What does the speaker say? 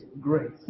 grace